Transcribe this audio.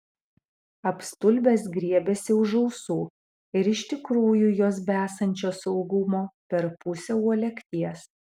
apstulbęs griebėsi už ausų ir iš tikrųjų jos besančios ilgumo per pusę uolekties